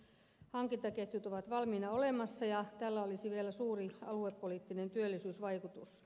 hankintaketjut ovat valmiina olemassa ja tällä olisi vielä suuri aluepoliittinen työllisyysvaikutus